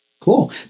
Cool